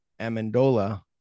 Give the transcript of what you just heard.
Amendola